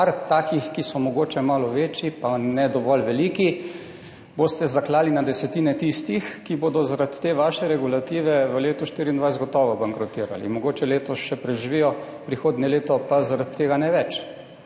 takih, ki so mogoče malo večji, pa ne dovolj veliki, boste zaklali na desetine tistih, ki bodo zaradi te vaše regulative v letu 2024 zagotovo bankrotirali, mogoče letos še preživijo, prihodnje leto pa zaradi tega ne več.